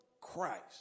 Christ